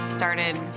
started